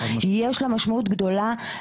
יש לה משמעות גדולה,